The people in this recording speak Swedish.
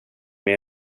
med